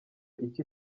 iki